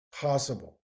possible